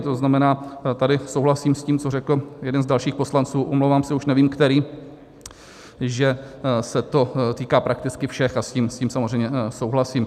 To znamená, tady souhlasím s tím, co řekl jeden z dalších poslanců, omlouvám se, už nevím který, že se to týká prakticky všech, a s tím samozřejmě souhlasím.